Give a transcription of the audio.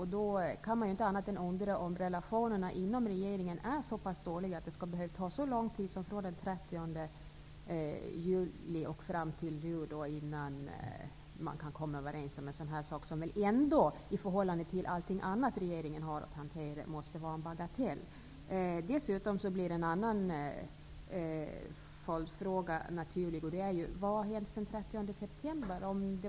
Man kan inte annat än undra om relationerna inom regeringen är så dåliga att det skulle behöva ta så lång tid som från den 30 juli fram till i dag innan man kunde komma överens om en sådan här sak, som ändå i förhållande till allt annat regeringen har att hantera måste vara en bagatell. Dessutom blir en annan följdfråga naturlig: Vad har hänt sedan den 30 september?